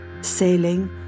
sailing